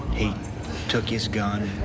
he took his gun,